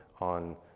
on